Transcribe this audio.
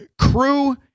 crew